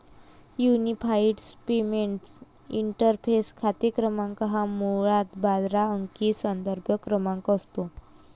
unified payments interface खाते क्रमांक हा मुळात बारा अंकी संदर्भ क्रमांक असतो